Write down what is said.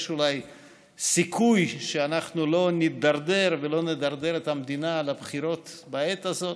אולי סיכוי שאנחנו לא נידרדר ולא נדרדר את המדינה לבחירות בעת הזאת,